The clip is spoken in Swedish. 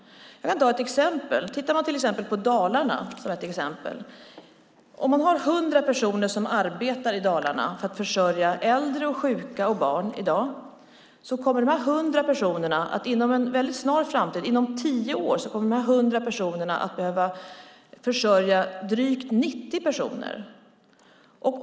Jag kan ta ett exempel: Om man i Dalarna i dag har 100 personer som arbetar för att försörja äldre, sjuka och barn kommer dessa 100 personer inom en väldigt snar framtid - inom tio år - att behöva försörja drygt 90 personer.